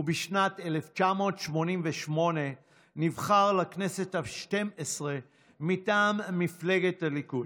ובשנת 1988 נבחר לכנסת השתים-עשרה מטעם מפלגת הליכוד.